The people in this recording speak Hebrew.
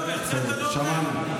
שמענו.